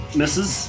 misses